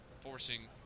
forcing